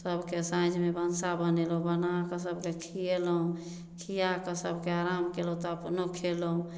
सभके साॅंझमे भनसा बनेलहुॅं बनाकऽ सभके खिएलहुॅं खिया कऽ सभके आराम केलहुॅं तब अपनो खेलहुॅं